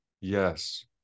yes